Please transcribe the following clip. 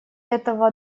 этого